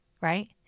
right